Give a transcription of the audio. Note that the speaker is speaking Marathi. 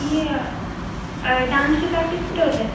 ही डान्सची प्रॅक्टिस कुठे होत आहे